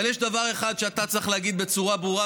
אבל יש דבר אחד שאתה צריך להגיד בצורה ברורה,